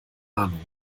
ahnung